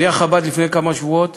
שליח חב"ד לפני כמה שבועות